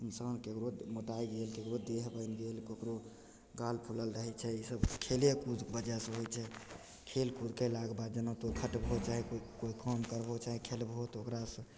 इंसान केकरो मोटाय गेल ककरो देह बनि गेल ककरो गाल फूलल रहय छै ईसब खेल कूदके वजहसँ होइ छै खेल कूद कयलाके बाद जेना तो खटबहो चाहे कोइ काम करबहो चाहे खेलबहो तऽ ओकरासँ